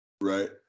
Right